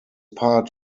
part